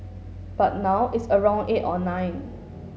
but now it's around eight or nine